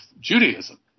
Judaism